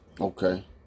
Okay